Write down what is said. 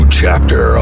chapter